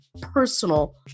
personal